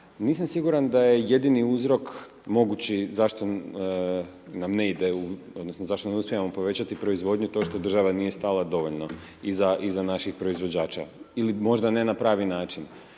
nisam siguran da je jedini uzrok mogući zašto nam ne ide, odnosno zašto ne uspjevamo povećati proizvodnju to što država nije stala dovoljno iza naših proizvođača ili možda ne na pravi način.